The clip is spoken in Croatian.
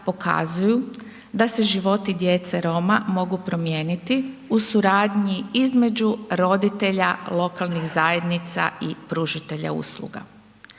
pokazuju da se životi djece Roma mogu promijeniti u suradnji između roditelja lokalnih zajednica i pružatelja usluga.